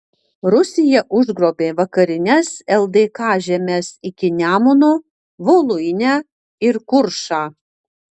rusija užgrobė vakarines ldk žemes iki nemuno voluinę ir kuršą